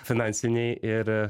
finansiniai ir